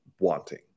wanting